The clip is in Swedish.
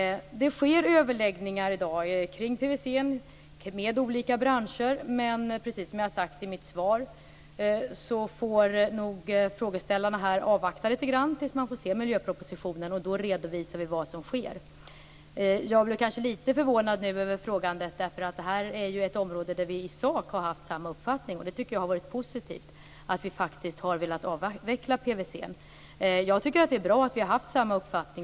Det sker överläggningar i dag kring PVC med olika branscher, men precis som jag har sagt i mitt svar får frågeställarna avvakta litet grand tills man får se miljöpropositionen. Då redovisar vi vad som sker. Jag bli litet förvånad över frågan, därför att det här är ett område där vi i sak har haft samma uppfattning. Jag tycker att det har varit positivt att vi faktiskt har velat avveckla PVC. Jag tycker att det är bra att vi har haft samma uppfattning.